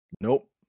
Nope